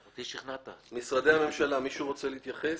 משרדיד הממשלה, מישהו רוצה להתייחס?